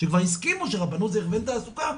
שכבר הסכימו שרבנות זה הכוון תעסוקה,